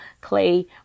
Clay